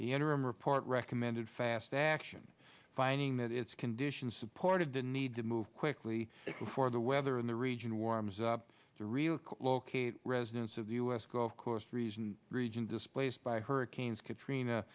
the interim report recommended fast action finding that its conditions supported the need to move quickly before the weather in the region warms up the real located residents of the us go of course reason region displaced by hurricanes katrina